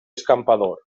escampador